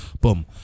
Boom